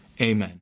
Amen